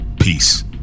Peace